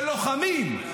של לוחמים.